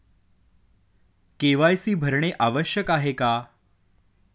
KYC भरणे आवश्यक आहे का?